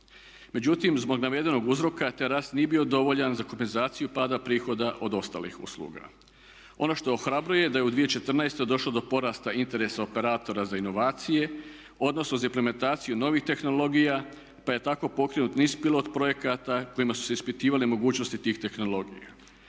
Međutim, zbog navedenog uzroka taj rast nije bio dovoljan za kompenzaciju pada prihoda od ostalih usluga. Ono što ohrabruje da je u 2014.došlo do porasta interesa operatora za inovacije, odnosno za implementaciju novih tehnologija pa je tako pokrenut niz pilot projekata kojima su se ispitivale mogućnosti tih tehnologija.